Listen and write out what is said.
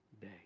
day